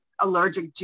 allergic